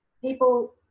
people